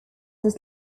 was